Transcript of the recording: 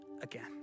again